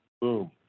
Boom